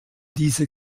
diese